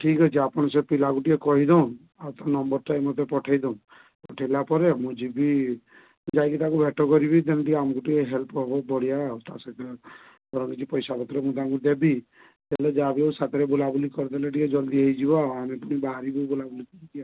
ଠିକ୍ଅଛି ଆପଣ ସେ ପିଲାକୁ ଟିକେ କହିଦେଉନ୍ ଆଉ ତା ନମ୍ବରଟା ବି ମୋତେ ପଠେଇଦେଉନ୍ ପଠେଇଲା ପରେ ମୁଁ ଯିବି ଯାଇକି ତାକୁ ଟିକେ ଭେଟ କରିବି ଯେମିତି ଆମକୁ ଟିକେ ସେ ହେଲ୍ପ କରିବ ଆଉ ତା ର କିଛି ପାଇସାପତ୍ର ମୁଁ ତାକୁ ଦେବି ସେ ଯାହାବି ହେଉ ଆମ ସାଥିରେ ଟିକେ ବୁଲାବୁଲି କରିଦେଲେ ଟିକେ ଜଲ୍ଦି ହେଇଯିବ ଆମେ ପୁଣି ବାହାରିବୁ ବୁଲାବୁଲି କରିକି ଆଉ